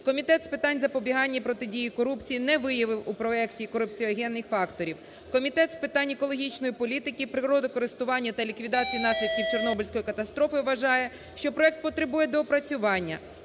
Комітет з питань запобігання і протидії корупції не виявив у проекті корупціогенних факторів. Комітет з питань екологічної політики, природокористування та ліквідації наслідків Чорнобильської катастрофи вважає, що проект потребує доопрацювання.